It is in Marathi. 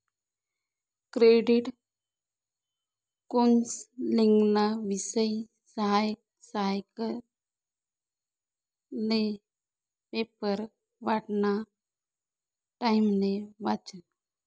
क्रेडिट कौन्सलिंगना विषयी सकाय सकायले पेपर वाटाना टाइमले वाचं